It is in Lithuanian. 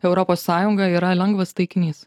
europos sąjunga yra lengvas taikinys